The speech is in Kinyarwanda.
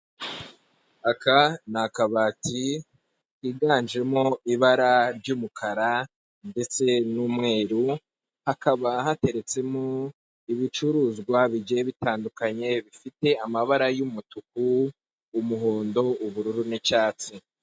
Aka ni kabati kiganjemo ibara ry'umukara ndetse n'umweru, hakaba hateretsemo ibicuruzwa bigiye bitandukanye, bifite amabara y'umutuku, umuhondo, ubururu n'icyatsi.